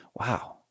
wow